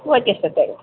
okay sir thank you